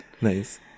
Nice